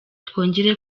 twongere